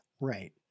Right